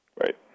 Right